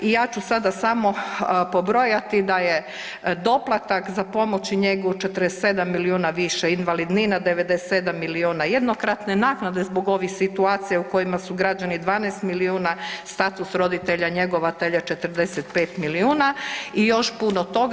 I ja ću sada samo pobrojati da je doplatak za pomoć i njegu 47 milijuna više, invalidnina 97 milijuna, jednokratne naknade zbog ovih situacija u kojima su građani 12 milijuna, status roditelja njegovatelja 45 milijuna i još puno toga.